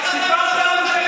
סיפרת לנו,